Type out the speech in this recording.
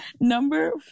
Number